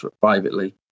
privately